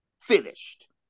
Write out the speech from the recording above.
finished